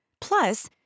Plus